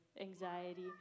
anxiety